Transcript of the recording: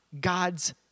God's